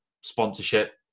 sponsorship